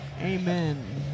Amen